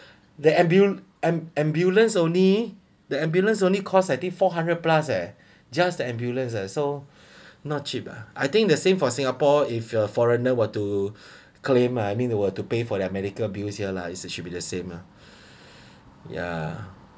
the ambu~ ambulance only the ambulance only cost I think four hundred plus eh just the ambulance leh so not cheap uh I think the same for singapore if you are a foreigner were to claim I mean were to pay for their medical bills here lah is should be the same lah ya